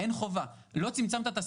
לא צמצמת?